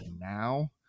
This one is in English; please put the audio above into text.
now